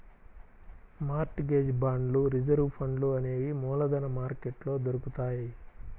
mart gauge బాండ్లు reserve ఫండ్లు అనేవి మూలధన మార్కెట్లో దొరుకుతాయ్